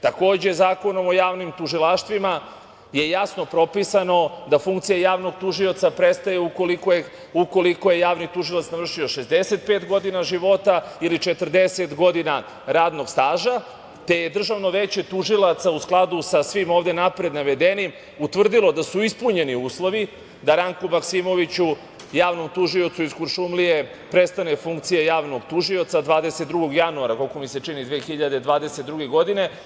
Takođe, Zakonom o javnim tužilaštvima je jasno propisano da funkcija javnog tužioca prestaje ukoliko je javni tužioc navršio 65 godina života ili 40 godina radnog staža, te je Državno veće tužilaca u skladu sa svim ovde napred navedenim, utvrdilo da su ispunjeni uslovi da Ranku Maksimoviću, javnom tužiocu iz Kuršumlije prestane funkcija javnog tužioca 22. januara 2022. godine.